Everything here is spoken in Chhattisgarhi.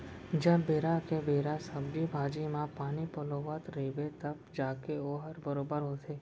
जब बेरा के बेरा सब्जी भाजी म पानी पलोवत रइबे तव जाके वोहर बरोबर होथे